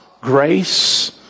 grace